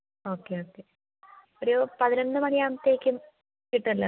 okay okay ഒരു പതിനൊന്ന് മണിയാകുമ്പോഴത്തേക്കും കിട്ടുമല്ലോ അല്ലേ